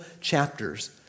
chapters